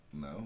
No